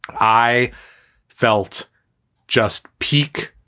i felt just peek,